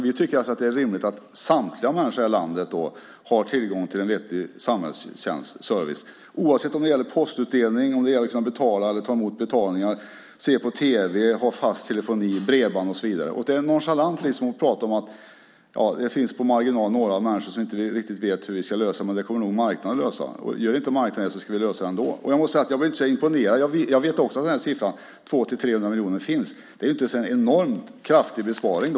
Vi tycker att det är rimligt att samtliga människor här i landet har tillgång till en vettig samhällsservice oavsett om det gäller postutdelning, att kunna betala eller ta emot betalningar, att se på tv, att ha fast telefoni, bredband och så vidare. Det är nonchalant att tala om att det finns människor i marginalen som vi inte vet hur vi ska lösa detta åt, men det kommer nog marknaden att lösa, och om inte marknaden gör det ska vi lösa det ändå. Jag blir inte särskilt imponerad. Jag vet också att siffran 200-300 miljoner finns. Det blir inte någon enormt kraftig besparing.